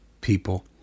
people